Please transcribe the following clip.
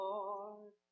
Lord